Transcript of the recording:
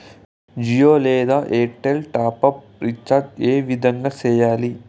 జియో లేదా Airtel top up recharge ఏ విధంగా సేయాలి